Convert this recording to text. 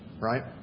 right